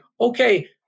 Okay